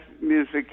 music